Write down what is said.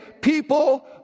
people